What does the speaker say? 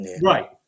Right